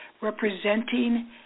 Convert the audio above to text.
representing